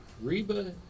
Reba